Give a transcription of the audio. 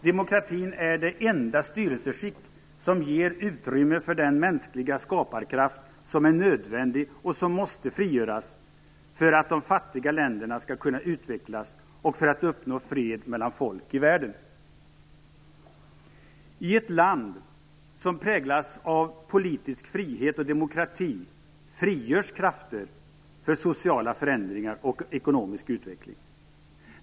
Demokratin är det enda styrelseskick som ger utrymme för den mänskliga skaparkraft som är nödvändig och som måste frigöras för att de fattiga länderna skall kunna utvecklas och för att fred mellan folk i världen skall kunna uppnås. I ett land som präglas av politisk frihet och demokrati frigörs krafter för sociala förändringar och ekonomisk utveckling.